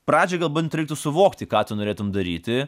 pradžioj gal bent reiktų suvokti ką tu norėtum daryti